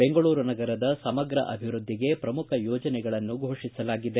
ಬೆಂಗಳೂರು ನಗರದ ಸಮಗ್ರ ಅಭಿವೃದ್ದಿಗೆ ಪ್ರಮುಖ ಯೋಜನೆಗಳನ್ನು ಘೋಷಿಸಲಾಗಿದೆ